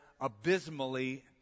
abysmally